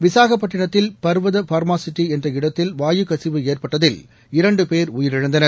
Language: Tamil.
விசாகபட்டிணத்தில் பர்வத பார்மாசிட்டி என்ற இடத்தில் வாயுக்கசிவு ஏற்பட்டதில் இரண்டு பேர் உயிரிழந்தனர்